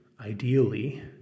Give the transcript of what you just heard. ideally